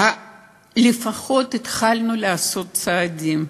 לפחות התחלנו לעשות צעדים.